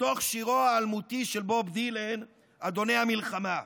מתוך שירו האלמותי של בוב דילן, "אדוני המלחמה".